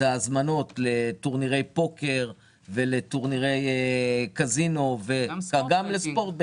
ההזמנות לטורנירי פוקר ולטורנירי קזינו וגם להימורי ספורט.